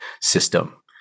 system